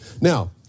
Now